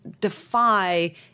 defy